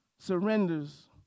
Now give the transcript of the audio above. surrenders